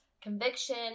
conviction